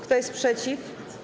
Kto jest przeciw?